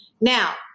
Now